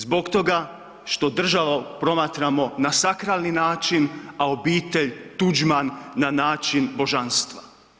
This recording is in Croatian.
Zbog toga što državu promatramo na sakralni način, a obitelj Tuđman na način božanstva.